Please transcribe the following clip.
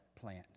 plant